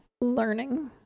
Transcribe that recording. learning